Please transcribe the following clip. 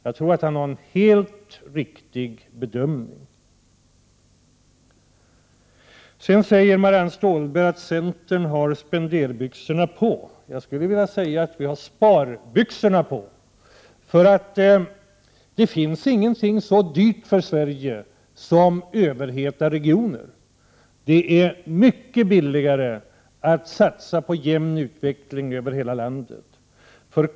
Jag tror att han har gjort en helt riktigt bedömning. Sedan säger Marianne Stålberg att centern har spenderbyxorna på. Jag skulle vilja säga att vi har sparbyxorna på. Det finns inget så dyrt för Sverige som överheta regioner. Det är mycket billigare att satsa på en jämn utveckling över hela landet.